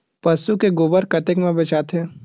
पशु के गोबर कतेक म बेचाथे?